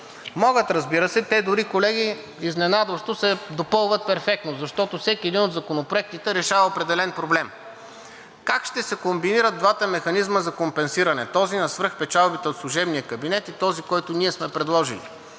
Могат, разбира се. Те дори, колеги, изненадващо се допълват перфектно, защото всеки един от законопроектите решава определен проблем. Как ще се комбинират двата механизъма за компенсиране – този на свръхпечалбите от служебния кабинет и този, който ние сме предложили?